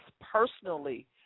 personally